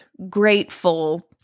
grateful